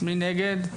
מי נגד?